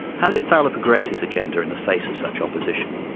how did fowler progress his agenda in the face of such opposition?